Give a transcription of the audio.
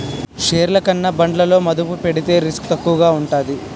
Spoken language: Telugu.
షేర్లు కన్నా బాండ్లలో మదుపు పెడితే రిస్క్ తక్కువగా ఉంటాది